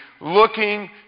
looking